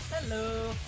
Hello